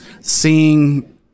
seeing